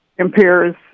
Impairs